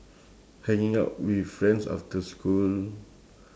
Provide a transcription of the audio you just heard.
hanging out with friends after school